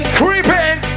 creeping